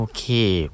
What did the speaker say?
Okay